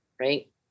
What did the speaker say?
Right